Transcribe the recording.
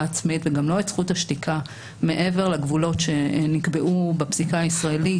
עצמית וגם לא את זכות השתיקה מעבר לגבולות שנקבעו בפסיקה הישראלית.